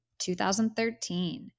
2013